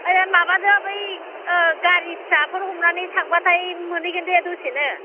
ओइ माबाजों बै गारि फिसाफोर हमनानै थांबाथाय मोनहैगोन दे दसेनो